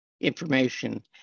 information